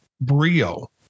Brio